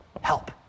Help